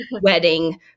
Wedding